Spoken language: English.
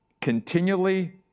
Continually